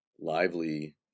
lively